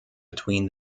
between